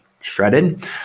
shredded